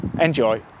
Enjoy